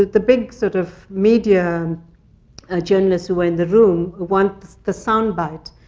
the big, sort of, media um ah journalists who were in the room want the soundbite.